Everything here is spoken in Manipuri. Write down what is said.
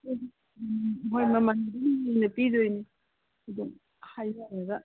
ꯍꯣꯏ ꯃꯃꯜ ꯑꯗꯨꯝ ꯍꯦꯟꯅ ꯄꯤꯗꯣꯏꯅꯤ ꯑꯗꯣ ꯈꯥꯏꯅꯔꯒ